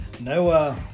No